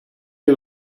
you